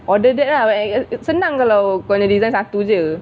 order that ah senang kalau kau punya design satu jer